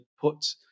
put